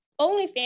OnlyFans